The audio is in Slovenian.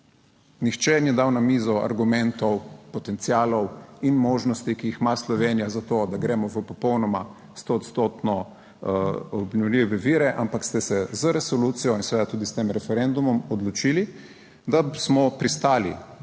Nihče ni dal na mizo argumentov, potencialov in možnosti, ki jih ima Slovenija za to, da gremo v popolnoma, stoodstotno obnovljive vire, ampak ste se z resolucijo in seveda tudi s tem referendumom odločili, **98. TRAK: